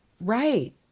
Right